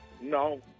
No